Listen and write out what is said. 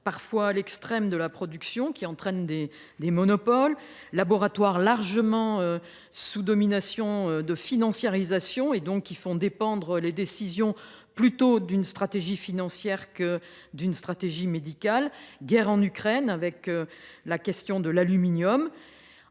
parfois à l’extrême de la production, ce qui entraîne des monopoles, laboratoires largement sous domination de financiarisation, ce qui fait que les décisions relèvent d’une stratégie plus financière que médicale, guerre en Ukraine avec la question de l’aluminium.